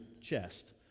chest